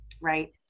Right